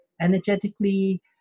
energetically